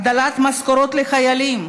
הגדלת משכורות לחיילים,